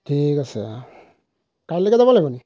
ঠিক আছে কাইলৈকে যাব লাগিব নেকি